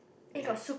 okay